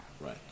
right